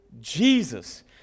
jesus